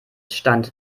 stand